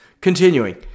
Continuing